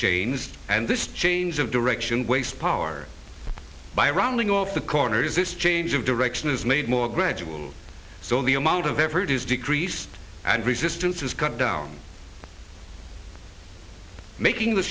changed and this change of direction waste power by rounding off the corners this change of direction is made more gradual so the amount of effort is decreased and resistance is cut down making the